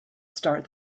start